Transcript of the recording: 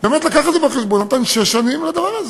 באמת הביא את זה בחשבון, נתן שש שנים לדבר הזה.